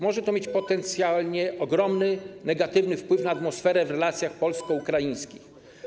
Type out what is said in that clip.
Może to mieć potencjalnie ogromny, negatywny wpływ na atmosferę w relacjach polsko-ukraińskich.